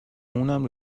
اونم